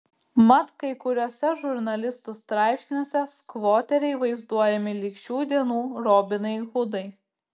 mat kai kuriuose žurnalistų straipsniuose skvoteriai vaizduojami lyg šių dienų robinai hudai